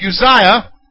Uzziah